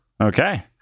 Okay